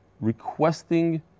requesting